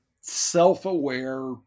self-aware